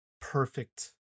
perfect